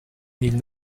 mille